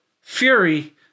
fury